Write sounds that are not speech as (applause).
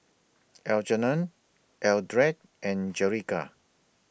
(noise) Algernon Eldred and Jerica